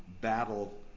battle